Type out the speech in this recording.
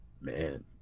Man